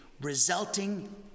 resulting